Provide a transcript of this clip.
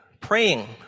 praying